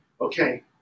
Okay